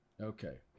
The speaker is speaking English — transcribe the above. okay